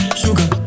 sugar